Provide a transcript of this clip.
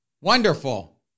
wonderful